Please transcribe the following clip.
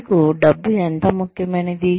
మీకు డబ్బు ఎంత ముఖ్యమైనది